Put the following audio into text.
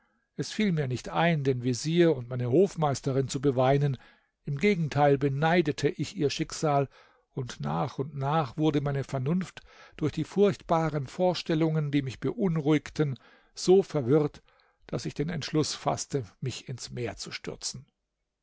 es fiel mir nicht ein den vezier und meine hofmeisterin zu beweinen im gegenteil beneidete ich ihr schicksal und nach und nach wurde meine vernunft durch die furchtbaren vorstellungen die mich beunruhigten so verwirrt daß ich den entschluß faßte mich ins meer zu stürzen